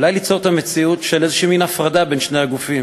אולי ליצור את המציאות של איזה מין הפרדה בין שני הגופים,